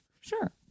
Sure